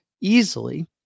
easily